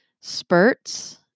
spurts